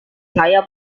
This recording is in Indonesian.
saya